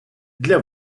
для